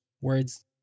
words